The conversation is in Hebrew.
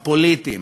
הפוליטיים,